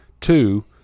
two